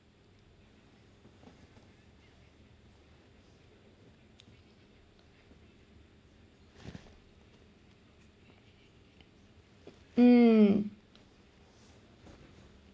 mm